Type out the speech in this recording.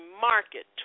market